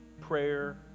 prayer